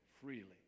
freely